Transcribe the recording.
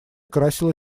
красила